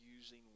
using